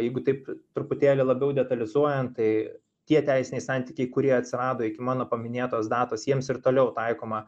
jeigu taip truputėlį labiau detalizuojant tai tie teisiniai santykiai kurie atsirado iki mano paminėtos datos jiems ir toliau taikoma